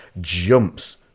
Jumps